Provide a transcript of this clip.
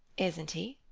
isn't he?